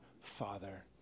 Father